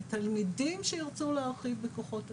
ותלמידים שירצו להרחיב בכוחות עצמם.